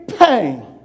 Pain